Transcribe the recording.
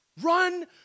Run